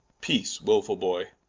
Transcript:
peace wilfull boy,